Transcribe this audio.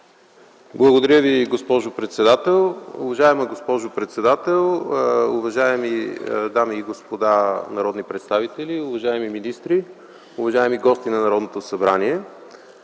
Благодаря Ви, госпожо председател. Уважаема госпожо председател, уважаеми дами и господа народни представители, уважаеми министри, уважаеми гости на Народното събрание!